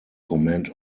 comment